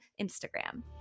Instagram